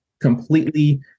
completely